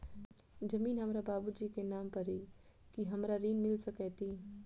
जमीन हमरा बाबूजी केँ नाम पर अई की हमरा ऋण मिल सकैत अई?